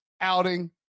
outing